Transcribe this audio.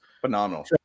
phenomenal